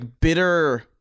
bitter